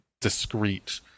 discrete